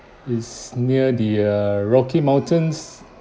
it's near the err rocky mountains